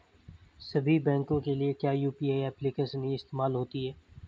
सभी बैंकों के लिए क्या यू.पी.आई एप्लिकेशन ही इस्तेमाल होती है?